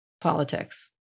politics